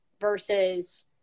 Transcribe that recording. versus